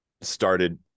started